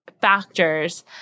factors